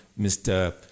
Mr